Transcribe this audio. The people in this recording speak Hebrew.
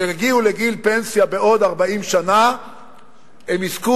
שכשהם יגיעו לגיל פנסיה בעוד 40 שנה הם יזכו